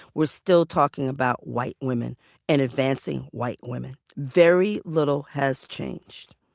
we're still talking about white women and advancing white women. very little has changed.